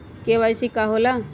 KYC का होला?